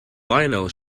lionel